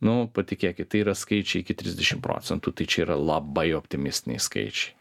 nu patikėkit tai yra skaičiai iki trisdešim procentų tai čia yra labai optimistiniai skaičiai